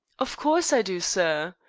of course i do, sir.